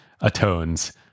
atones